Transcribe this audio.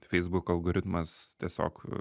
facebook algoritmas tiesiog